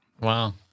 Wow